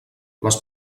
les